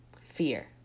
fear